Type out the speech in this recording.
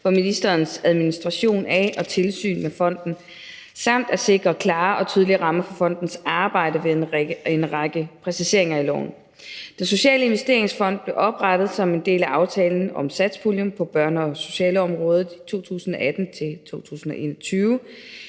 for ministerens administration af og tilsyn med fonden samt at sikre klare og tydelige rammer for fondens arbejde ved en række præciseringer i loven. Den Sociale Investeringsfond blev oprettet som en del af aftalen om satspuljen på børne- og socialområdet i 2018-2021,